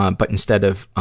um but instead of, ah,